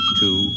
two